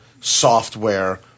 software